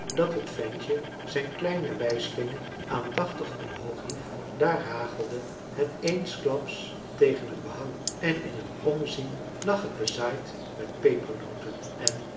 dat het ventje zijn kleinen wijsvinger aandachtig omhooghief daar hagelde het eensklaps tegen het behang en in een ommezien lag het bezaaid met pepernoten en